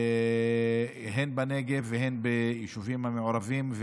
הן בנגב והן ביישובים המעורבים,